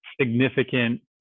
significant